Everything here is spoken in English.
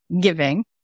giving